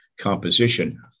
composition